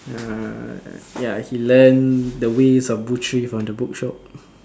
uh ya he learn the ways of butchery from the book shop